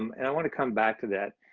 um and i want to come back to that.